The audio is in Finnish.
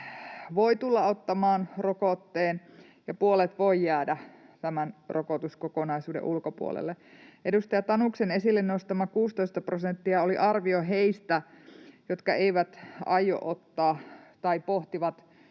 voi tulla ottamaan rokotteen ja puolet voi jäädä tämän rokotuskokonaisuuden ulkopuolelle. Edustaja Tanuksen esille nostama 16 prosenttia oli arvio heistä, jotka eivät aio ottaa tai pohtivat